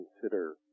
consider